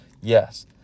Yes